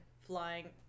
flying